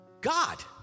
God